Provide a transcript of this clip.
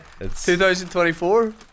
2024